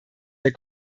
der